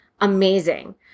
amazing